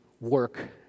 work